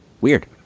weird